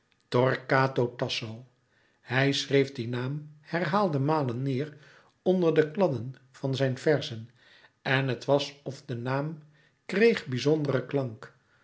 torquato tasso hij schreef dien naam herhaalde malen neêr onder de kladden van zijn verzen en het was of de naam kreeg bizonderen klank